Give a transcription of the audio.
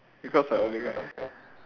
because of your leg right